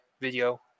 video